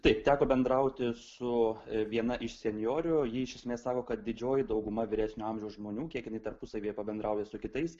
taip teko bendrauti su viena iš senjorių ji iš esmės sako kad didžioji dauguma vyresnio amžiaus žmonių kiek jinai tarpusavyje pabendrauja su kitais